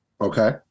Okay